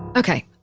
ok,